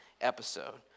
episode